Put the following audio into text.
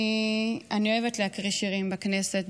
אני אוהבת להקריא שירים בכנסת,